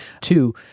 Two